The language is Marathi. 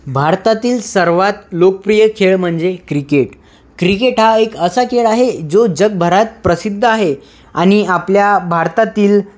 भारतातील सर्वात लोकप्रिय खेळ म्हणजे क्रिकेट क्रिक्रेट हा एक असा खेळ आहे जो जगभरात प्रसिद्ध आहे आणि आपल्या भारतातील